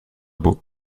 beau